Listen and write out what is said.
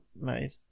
made